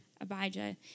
Abijah